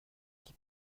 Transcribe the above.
qui